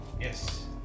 Yes